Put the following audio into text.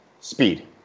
speed